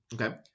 Okay